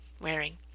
wearing